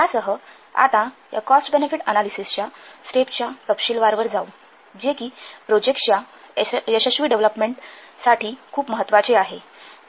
यासह आता या कॉस्ट बेनेफिट अनालिसिसच्या स्टेप्सच्या तपशीलवार जाऊ जे कि प्रोजेक्टच्या यशस्वी डेव्हलपमेंट खूप महत्त्वाचे आहे